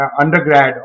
undergrad